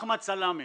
אחמד סלאמה